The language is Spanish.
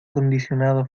acondicionado